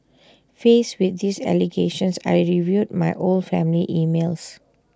faced with these allegations I reviewed my old family emails